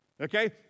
okay